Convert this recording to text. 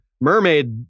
mermaid